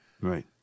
Right